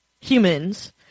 humans